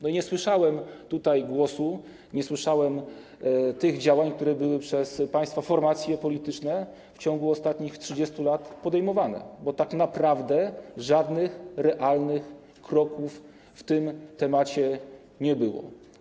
Nie słyszałem tutaj takich głosów, nie słyszałem o tych działaniach, które były przez państwa formacje polityczne w ciągu ostatnich 30 lat podejmowane, bo tak naprawdę żadnych realnych kroków w tej sprawie nie było.